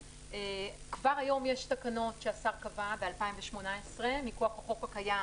כבר היום יש תקנות שהשר קבע ב-2018 מכוח החוק הקיים